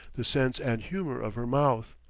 the sense and humor of her mouth,